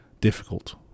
difficult